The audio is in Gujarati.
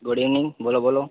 ગુડ ઈવનિંગ બોલો બોલો